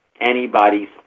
anybody's